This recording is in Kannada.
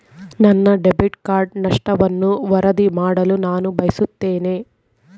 ನನ್ನ ಡೆಬಿಟ್ ಕಾರ್ಡ್ ನಷ್ಟವನ್ನು ವರದಿ ಮಾಡಲು ನಾನು ಬಯಸುತ್ತೇನೆ